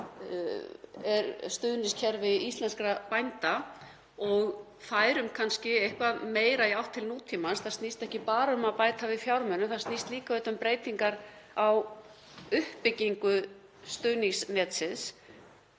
sem er stuðningskerfi íslenskra bænda og færum kannski eitthvað meira í átt til nútímans — það snýst ekki bara um að bæta við fjármunum, það snýst líka um breytingar á uppbyggingu stuðningsnetsins